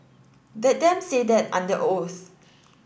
let them say that under oath